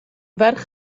ferch